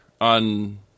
on